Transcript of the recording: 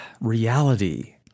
reality